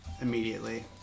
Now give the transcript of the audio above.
immediately